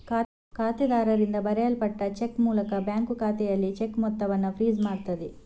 ಖಾತೆದಾರರಿಂದ ಬರೆಯಲ್ಪಟ್ಟ ಚೆಕ್ ಮೂಲಕ ಬ್ಯಾಂಕು ಖಾತೆಯಲ್ಲಿ ಚೆಕ್ ಮೊತ್ತವನ್ನ ಫ್ರೀಜ್ ಮಾಡ್ತದೆ